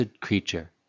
creature